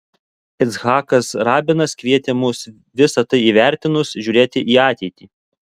icchakas rabinas kvietė mus visa tai įvertinus žiūrėti į ateitį